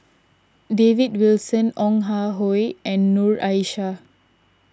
David Wilson Ong Ah Hoi and Noor Aishah